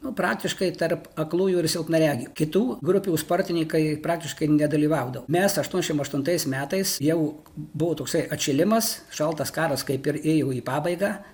nu praktiškai tarp aklųjų ir silpnaregių kitų grupių sportininkai praktiškai nedalyvaudavo mes aštuoniasdešimt aštuntais metais jau buvo toksai atšilimas šaltas karas kaip ir ėjo į pabaigą